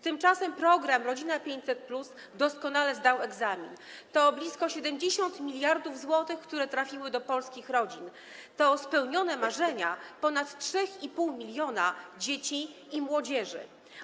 Tymczasem program „Rodzina 500+” doskonale zdał egzamin, to blisko 70 mld zł, które trafiły do polskich rodzin, to spełnione marzenia ponad 3,5 mln dzieci i młodzieży.